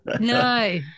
No